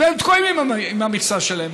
והם תקועים עם המכסה שלהם.